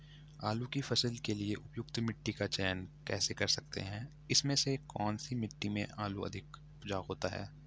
आलू की फसल के लिए उपयुक्त मिट्टी का चयन कैसे कर सकते हैं इसमें से कौन सी मिट्टी में आलू अधिक उपजाऊ होता है?